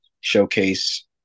showcase